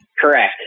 correct